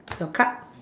your card